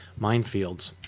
minefields